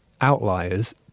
outliers